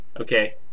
Okay